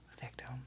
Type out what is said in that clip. victim